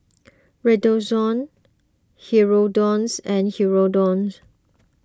Redoxon Hirudoid and Hirudoid